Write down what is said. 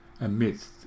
amidst